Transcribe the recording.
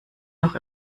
noch